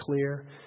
clear